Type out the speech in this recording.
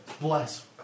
Bless